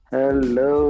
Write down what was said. Hello